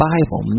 Bible